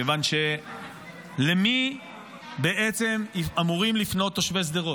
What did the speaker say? כיוון שלמי בעצם אמורים לפנות תושבי שדרות?